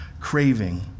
craving